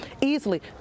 Easily